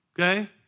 okay